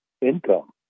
income